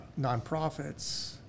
Nonprofits